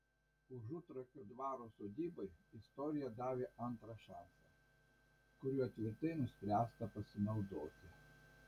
užutrakio dvaro sodybai istorija davė antrą šansą kuriuo tvirtai nuspręsta pasinaudoti